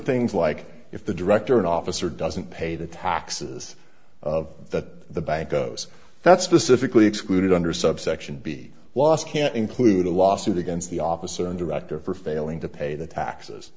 things like if the director an officer doesn't pay the taxes that the bank goes that's specifically excluded under subsection b loss can include a lawsuit against the officer and director for failing to pay the taxes